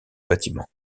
bâtiment